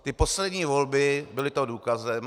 Ty poslední volby byly toho důkazem.